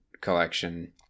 collection